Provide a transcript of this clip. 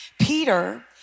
Peter